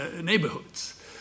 neighborhoods